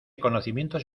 conocimientos